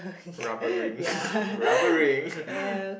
rubber ring rubber ring